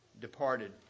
departed